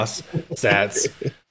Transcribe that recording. stats